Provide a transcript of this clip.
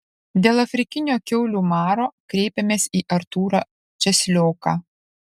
dėl afrikinio kiaulių maro kreipėmės į artūrą česlioką